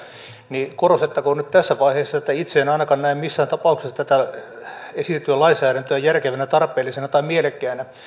niin korostettakoon nyt tässä vaiheessa että itse en ainakaan näe missään tapauksessa tätä esitettyä lainsäädäntöä järkevänä tarpeellisena tai mielekkäänä